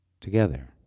together